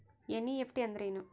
NEFT ಅಂದ್ರೆನು?